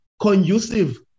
conducive